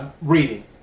reading